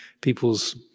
people's